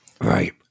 Right